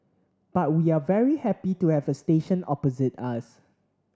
but we are very happy to have a station opposite us